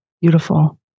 Beautiful